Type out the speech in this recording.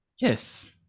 Yes